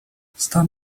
stan